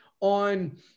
on